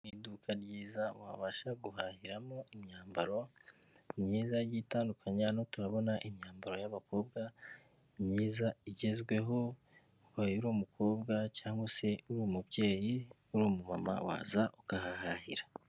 Iduka ryiza wabasha guhahiramo imyambaro; imyenda igiye itandukanye. Urabona imyambaro y'abakobwa myiza igezweho; ubaye uri umukobwa cyangwa se uri umubyeyi, uri umumama waza ukahahahira.